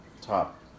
top